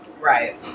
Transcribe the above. right